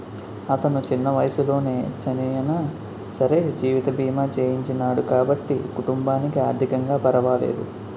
అతను చిన్న వయసులోనే చనియినా సరే జీవిత బీమా చేయించినాడు కాబట్టి కుటుంబానికి ఆర్ధికంగా పరవాలేదు